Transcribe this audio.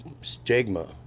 stigma